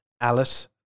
Alice